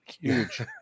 Huge